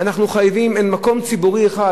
אין מקום ציבורי אחד,